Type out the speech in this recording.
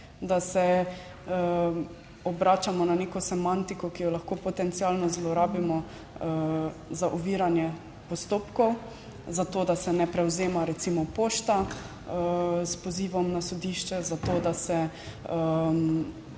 da se obračamo na neko semantiko, ki jo lahko potencialno zlorabimo za oviranje postopkov, za to, da se ne prevzema recimo pošta s pozivom na sodišče, za to, da se